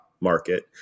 market